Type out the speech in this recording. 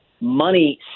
money